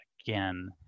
again